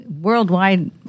worldwide